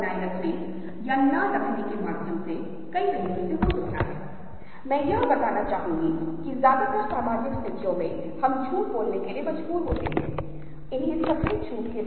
वह यह देखता है की अगर मैं इस विशेष रंग का उपयोग करता हूं या यदि मैं इस विशेष आकार का उपयोग करता हूं तो यह अधिक रोमांचक होगा अधिक दिलचस्प होगा व्यक्ति पहले इस चीज को देखेगा फिर वह या वह हिल जाएगा और कुछ देखना शुरू कर देगा